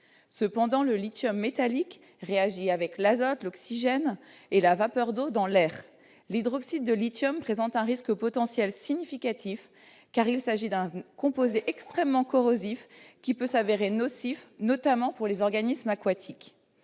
Or le lithium métallique réagit avec l'azote, l'oxygène et la vapeur d'eau dans l'air. De plus, l'hydroxyde de lithium présente un risque potentiel significatif, car il s'agit d'un composé extrêmement corrosif qui peut s'avérer nocif, notamment pour les organismes aquatiques.